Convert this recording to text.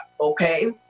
Okay